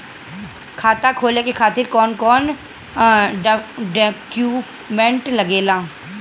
खाता खोले के खातिर कौन कौन डॉक्यूमेंट लागेला?